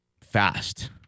fast